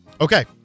Okay